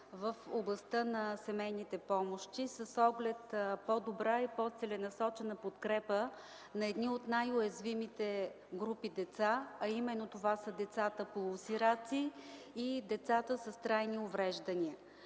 в областта на семейните помощи с оглед по-добра и по-целенасочена подкрепа на едни от най-уязвимите групи деца, а именно това са децата полусираци и децата с трайни увреждания.